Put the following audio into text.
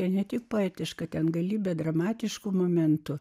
ne tik poetiška ten galybė dramatiškų momentų